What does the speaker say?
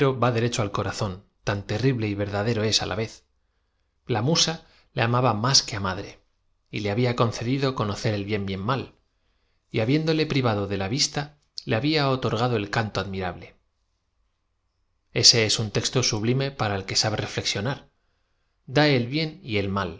derecho al corazón tan te rrible y verdadero es á la v e z l a musa le amaba máfl que á madre y le habla concedido conocer el bien y el mal y habiéndole privado de la vista le habla otorgado el canto adm irable ese es un texto sublime para el que sabe reflexionar da el bien y el m